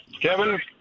Kevin